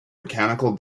mechanical